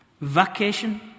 Vacation